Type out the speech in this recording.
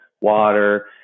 water